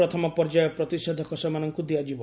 ପ୍ରଥମ ପର୍ଯ୍ୟାୟ ପ୍ରତିଷେଧକ ସେମାନଙ୍କୁ ଦିଆଯିବ